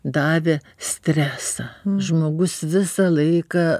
davė stresą žmogus visą laiką